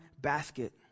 basket